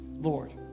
Lord